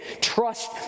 trust